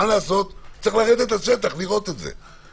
צריך לרדת לשטח לראות את זה.